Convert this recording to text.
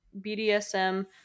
BDSM